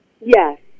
Yes